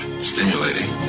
stimulating